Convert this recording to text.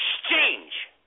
exchange